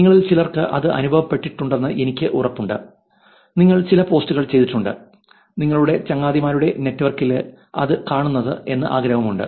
നിങ്ങളിൽ ചിലർക്ക് അത് അനുഭവപ്പെട്ടിട്ടുണ്ടെന്ന് എനിക്ക് ഉറപ്പുണ്ട് നിങ്ങൾ ചില പോസ്റ്റുകൾ ചെയ്തിട്ടുണ്ട് നിങ്ങളുടെ ചങ്ങാതിമാരുടെ നെറ്റ്വർക്കിലെ അത് കാണരുത് എന്ന് ആഗ്രഹമുണ്ട്